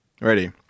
Ready